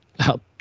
help